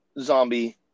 zombie